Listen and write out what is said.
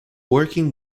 working